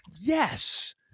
yes